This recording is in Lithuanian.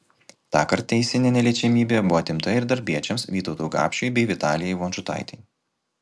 tąkart teisinė neliečiamybė buvo atimta ir darbiečiams vytautui gapšiui bei vitalijai vonžutaitei